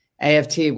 AFT